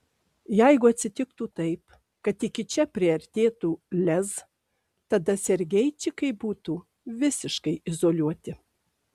jeigu atsitiktų taip kad iki čia priartėtų lez tada sergeičikai būtų visiškai izoliuoti